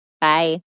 Bye